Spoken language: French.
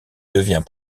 devient